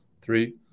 three